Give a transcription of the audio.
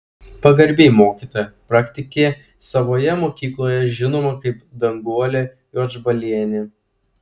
pagarbiai mokytoja praktikė savoje mokykloje žinoma kaip danguolė juodžbalienė